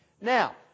Now